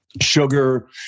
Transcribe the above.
sugar